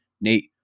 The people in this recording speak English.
Nate